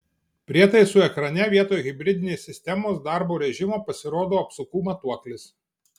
prietaisų ekrane vietoj hibridinės sistemos darbo režimo pasirodo apsukų matuoklis